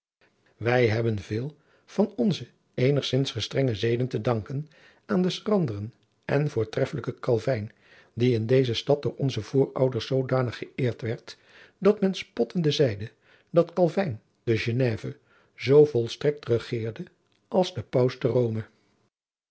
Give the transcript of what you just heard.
wij hebben veel van onze eenigzins gestreuge zeden te danken aan den schranderen en voortreffelijken calvyn die in deze stad door onze voorouders zoodanig geëerd werd dat men spottende zeide dat calvyn te geneve zoo volstrekt regeerde als de